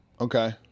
Okay